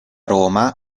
roma